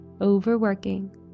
overworking